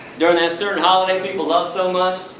during the certain holiday people love so much,